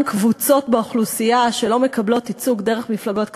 קבוצות באוכלוסייה שלא מקבלות ייצוג דרך מפלגות קטנות,